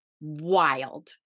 wild